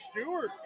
Stewart